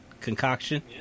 concoction